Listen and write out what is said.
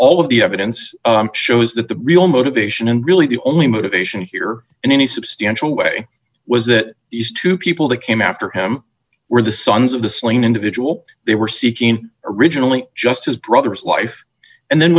all of the evidence shows that the real motivation and really the only motivation here in any substantial way was that these two people that came after him were the sons of the slain individual they were seeking originally just his brother's life and then